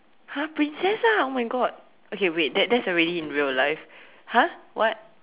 !huh! princess lah oh my God okay wait that's that's already in real life !huh! what